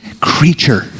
creature